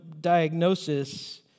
diagnosis